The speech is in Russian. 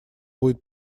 будет